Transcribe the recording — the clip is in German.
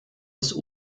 bis